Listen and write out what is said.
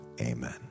Amen